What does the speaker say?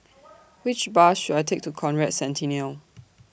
Which Bus should I Take to Conrad Centennial